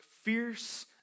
fierce